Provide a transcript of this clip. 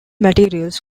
materials